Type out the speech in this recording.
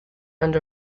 and